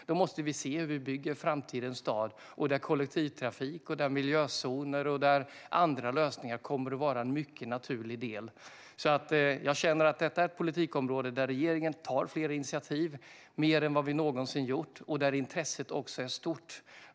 Då måste vi se hur vi bygger framtidens stad där kollektivtrafik, miljözoner och andra lösningar kommer att vara en mycket naturlig del. Jag känner att det här är ett politikområde där regeringen tar fler initiativ än vi någonsin gjort och där intresset är stort.